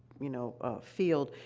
you know, ah, field,